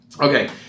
Okay